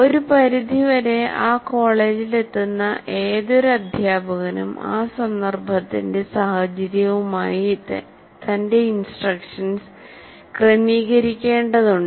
ഒരു പരിധിവരെ ആ കോളേജിലെത്തുന്ന ഏതൊരു അദ്ധ്യാപകനും ആ സന്ദർഭത്തിന്റെ സാഹചര്യവുമായി തന്റെ ഇൻസ്ട്രക്ഷൻസ് ക്രമീകരിക്കേണ്ടതുണ്ട്